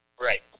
Right